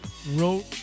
wrote